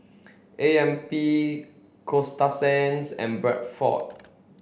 A M P Coasta Sands and Bradford